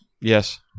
yes